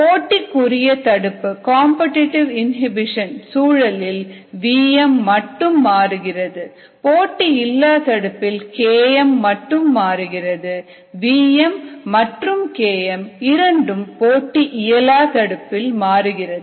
போட்டிக்குரிய தடுப்பு சூழலில் vm மட்டும் மாறுகிறது போட்டியில்லாத தடுப்பில் kmமட்டும் மாறுகிறது vm மற்றும் kmஇரண்டும் போட்டி இயலா தடுப்பில் மாறுகிறது